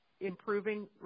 improving